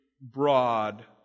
broad